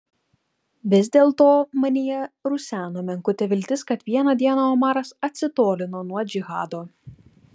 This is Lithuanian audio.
vis dėlto manyje ruseno menkutė viltis kad vieną dieną omaras atsitolino nuo džihado